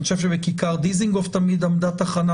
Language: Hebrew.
אני חושב שבכיכר דיזינגוף תמיד עמדה תחנה